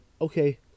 okay